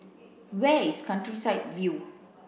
where is Countryside View